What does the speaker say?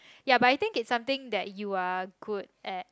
but I think it's something that you are good at